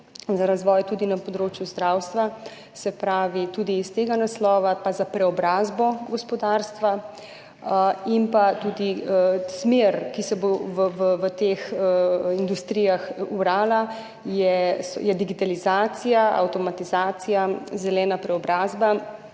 za razvoj tudi na področju zdravstva, se pravi tudi iz tega naslova, za preobrazbo gospodarstva, in tudi smer, ki se bo v teh industrijah orala, je digitalizacija, avtomatizacija, zelena preobrazba,